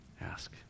Ask